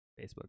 Facebook